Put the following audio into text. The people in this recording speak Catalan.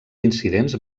incidents